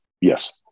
Yes